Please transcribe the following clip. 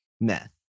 meth